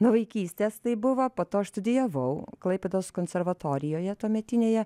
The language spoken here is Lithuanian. nuo vaikystės tai buvo po to aš studijavau klaipėdos konservatorijoje tuometinėje